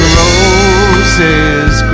roses